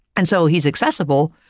and so, he's accessible,